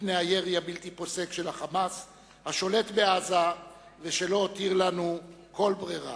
מפני הירי הבלתי-פוסק של ה"חמאס" השולט בעזה שלא הותיר לנו כל ברירה.